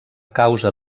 causa